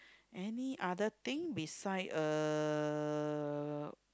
any other thing beside uh